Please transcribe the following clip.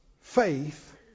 Faith